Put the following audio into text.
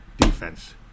defense